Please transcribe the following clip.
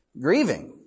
Grieving